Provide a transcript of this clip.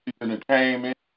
entertainment